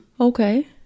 okay